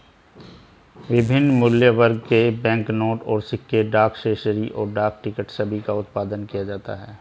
विभिन्न मूल्यवर्ग के बैंकनोट और सिक्के, डाक स्टेशनरी, और डाक टिकट सभी का उत्पादन किया जाता है